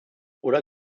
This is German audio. oder